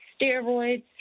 steroids